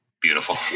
Beautiful